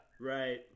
right